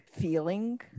feeling